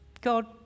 God